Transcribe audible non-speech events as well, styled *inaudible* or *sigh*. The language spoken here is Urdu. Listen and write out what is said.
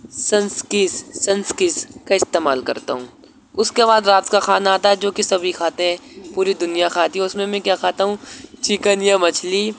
*unintelligible* کا استعمال کرتا ہوں اس کے بعد رات کا کھانا آتا ہے جو کہ سبھی کھاتے ہیں پوری دنیا کھاتی ہے اس میں میں کیا کھاتا ہوں چکن یا مچھلی